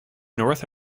north